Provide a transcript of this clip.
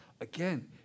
again